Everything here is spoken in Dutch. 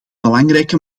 belangrijke